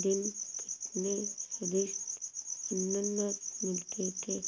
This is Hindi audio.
दिन कितने स्वदिष्ट अनन्नास मिलते थे